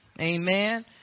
Amen